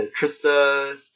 Trista